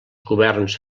governs